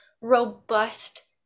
robust